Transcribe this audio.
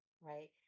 right